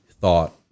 thought